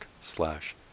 slash